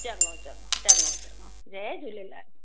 चङो चङो चङो चङो जय झूलेलाल